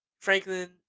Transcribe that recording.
franklin